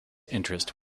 interest